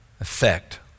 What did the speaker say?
effect